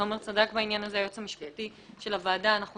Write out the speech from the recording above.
תומר, היועץ המשפטי של הוועדה, צדק בעניין.